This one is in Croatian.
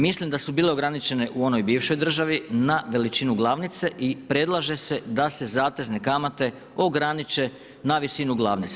Mislim da su bile ograničene u onoj bivšoj državi na veličinu glavnice i predlaže se da se zatezne kamate ograniče na visinu glavnice.